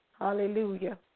Hallelujah